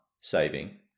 saving